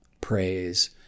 Praise